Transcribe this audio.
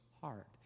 heart